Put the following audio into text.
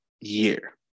year